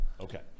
Okay